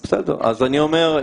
אז יש עמדת ממשלה,